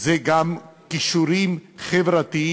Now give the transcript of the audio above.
זה גם כישורים חברתיים,